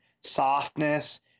softness